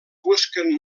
busquen